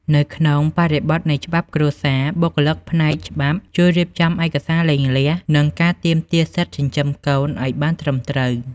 នៅក្នុងបរិបទនៃច្បាប់គ្រួសារ បុគ្គលិកផ្នែកច្បាប់ជួយរៀបចំឯកសារលែងលះ និងការទាមទារសិទ្ធិចិញ្ចឹមកូនឱ្យបានត្រឹមត្រូវ។